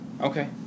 Okay